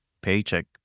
paycheck